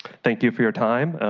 thank you for your time.